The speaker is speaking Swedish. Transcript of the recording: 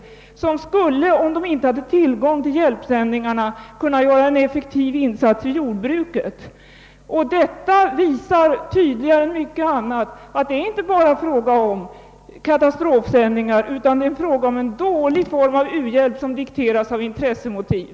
Om de inte hade tillgång till hjälpsändningarna skulle de kunna göra en effektiv insats i jordbruket. Exemplet visar tydligare än mycket annat att dessa »katastrofsändningar» är en dålig form av u-hjälp, som dikteras av intressemotiv.